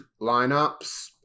lineups